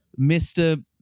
Mr